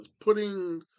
putting